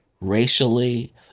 racially